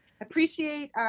appreciate